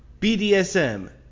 BDSM